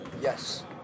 Yes